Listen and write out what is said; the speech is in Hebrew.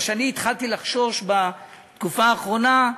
מה שהתחלתי לחשוש בתקופה האחרונה,